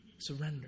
surrender